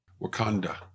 Wakanda